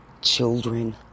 Children